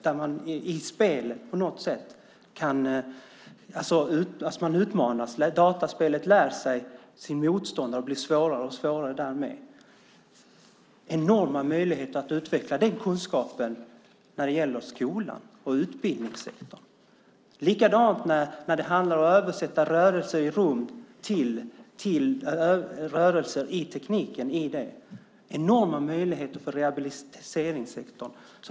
Man utmanas alltså på något sätt av dataspelet som under spelets gång lär sig av sin motståndare och därmed blir svårare och svårare. Det finns enorma möjligheter att utveckla den kunskapen när det gäller skolan och utbildningssektorn. Likadant är det när det handlar om att översätta rörelse i rummet till rörelse i tekniken. Det ger enorma möjligheter för rehabiliteringssektorn.